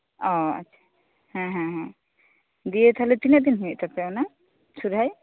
ᱚ ᱦᱮᱸ ᱦᱮᱸ ᱫᱤᱭᱮ ᱛᱟᱦᱚᱞᱮ ᱛᱤᱱᱟᱹᱜ ᱫᱤᱱ ᱦᱩᱭᱩᱜ ᱛᱟᱯᱮᱭᱟ ᱚᱱᱟ ᱥᱚᱦᱚᱨᱟᱭ